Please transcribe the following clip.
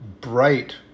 bright